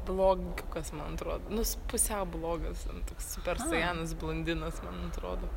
blogiukas man atro nu is pusiau blogas toks supersajanas blondinas man atrodo